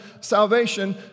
Salvation